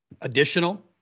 Additional